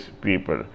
people